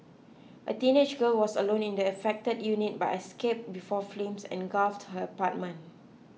a teenage girl was alone in the affected unit but escape before flames engulfed her apartment